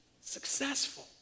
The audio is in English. successful